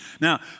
Now